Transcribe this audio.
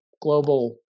global